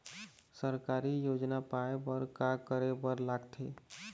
सरकारी योजना पाए बर का करे बर लागथे?